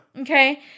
Okay